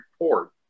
report